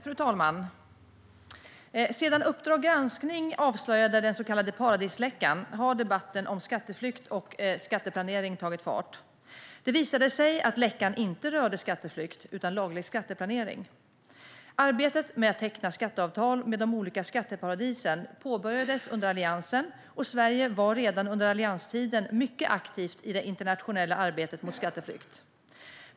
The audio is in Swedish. Fru talman! Sedan Uppdrag g ranskning avslöjade den så kallade paradisläckan har debatten om skatteflykt och skatteplanering tagit fart. Det visade sig att läckan inte rörde skatteflykt utan laglig skatteplanering. Arbetet med att teckna skatteavtal med de olika skatteparadisen påbörjades under Alliansen, och Sverige var redan under allianstiden mycket aktivt i det internationella arbetet mot skatteflykt.